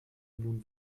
nun